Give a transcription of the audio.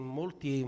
molti